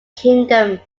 kingdom